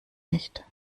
nicht